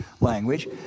language